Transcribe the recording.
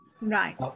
Right